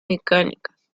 mecánicas